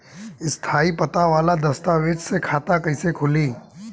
स्थायी पता वाला दस्तावेज़ से खाता कैसे खुली?